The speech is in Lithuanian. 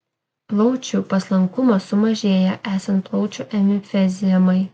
plaučių paslankumas sumažėja esant plaučių emfizemai